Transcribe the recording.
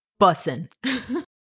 Bussin